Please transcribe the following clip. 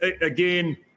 again